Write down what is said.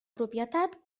propietat